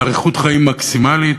באריכות חיים מקסימלית,